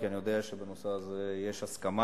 כי אני יודע שבנושא הזה יש הסכמה.